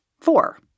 four